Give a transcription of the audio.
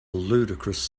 ludicrous